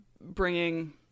bringing